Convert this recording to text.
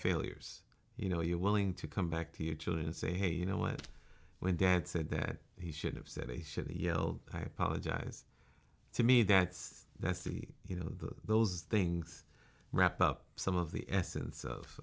failures you know you're willing to come back to your children and say hey you know what when dad said that he should have said he should be yelled i apologize to me that's that's silly you know that those things wrap up some of the essence of